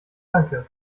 danke